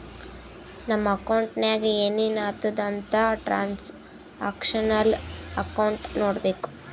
ನಮ್ ಅಕೌಂಟ್ನಾಗ್ ಏನೇನು ಆತುದ್ ಅಂತ್ ಟ್ರಾನ್ಸ್ಅಕ್ಷನಲ್ ಅಕೌಂಟ್ ನೋಡ್ಬೇಕು